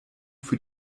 für